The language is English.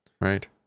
right